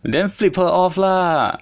then flip her off lah